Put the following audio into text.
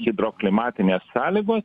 hidroklimatinės sąlygos